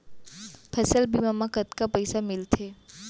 फसल बीमा म कतका पइसा मिलथे?